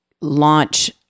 launch